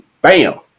Bam